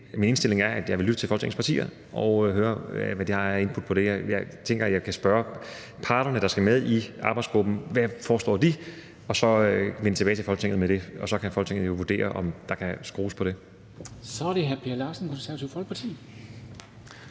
Min indstilling er, at jeg vil lytte til folketingspartierne og høre, hvad de har af input til det her. Jeg tænker, at jeg kan spørge de parter, der skal være med i arbejdsgruppen, hvad de foreslår, og så vende tilbage til Folketinget med det, og så kan Folketinget vurdere, om der kan skrues på det. Kl. 12:28 Formanden (Henrik Dam